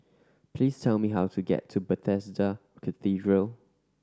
please tell me how to get to Bethesda Cathedral